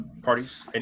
parties